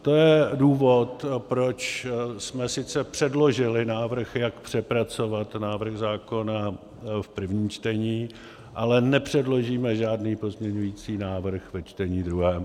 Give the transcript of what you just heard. To je důvod, proč jsme sice předložili návrh, jak přepracovat návrh zákona v prvním čtení, ale nepředložíme žádný pozměňující návrh ve čtení druhém.